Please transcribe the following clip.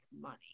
money